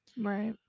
Right